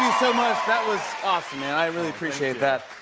so much. that was awesome, man. i really appreciate that.